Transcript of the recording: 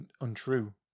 untrue